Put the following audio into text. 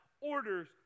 orders